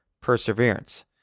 perseverance